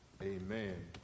amen